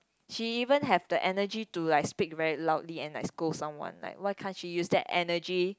she even have the energy to like speak very loudly and like scold someone like why can't she use that energy